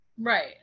right